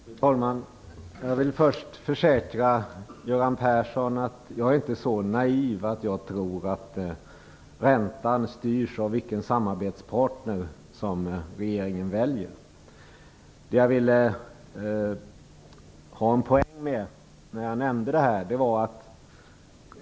Fru talman! Jag vill först försäkra Göran Persson att jag inte är så naiv att jag tror att räntan styrs av vilken samarbetspartner regeringen väljer. Det jag ville säga var någonting annat.